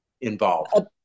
involved